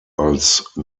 als